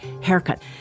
haircut